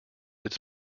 its